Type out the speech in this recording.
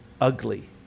ugly